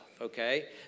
okay